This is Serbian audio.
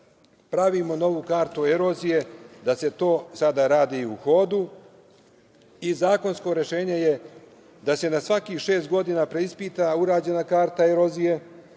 pravimo novu kartu erozije, da se to sada radi u hodu. Zakonsko rešenje je da se na svakih šest godina preispita urađena karta erozije